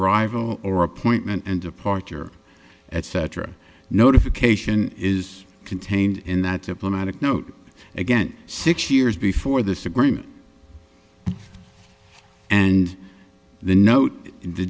rival or appointment and departure etc notification is contained in that diplomatic note again six years before this agreement and the note